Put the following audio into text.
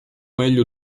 meglio